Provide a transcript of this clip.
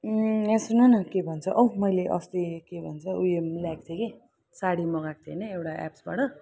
यहाँ सुन न के भन्छ औ मैले अस्ति के भन्छ उयो ल्याएको थिएँ कि साडी मगाको थिएँ होइन एउटा एप्सबाट